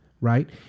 right